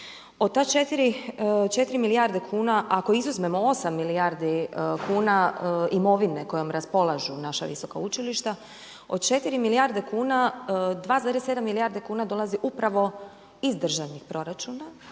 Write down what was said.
Od te 4 milijarde kuna ako izuzmemo 8 milijardi kuna imovine kojom raspolažu naša visoka učilišta od 4 milijarde kuna 2,7 milijarde kuna dolazi upravo iz državnih proračuna